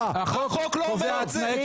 החוק לא אומר את זה.